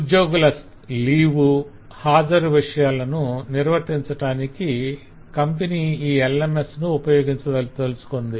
ఉద్యోగుల లీవ్ హాజరు విషయాలను నిర్వర్తించటానికి కంపెనీ ఈ LMS ను ఉపయోగించదలచుకుంది